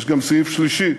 יש גם סעיף שלישי: